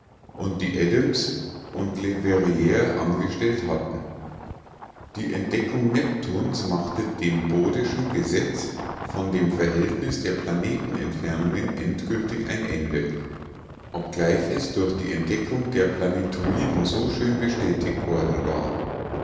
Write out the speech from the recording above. und die adams und leverrier angestellt hatten die entdeckung neptuns machte dem bodeschen gesetz von dem verhältnis der planetenentfernungen entgültig ein ende obgleich es durch die entdeckung der planetoiden so schön bestätigt worden war